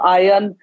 iron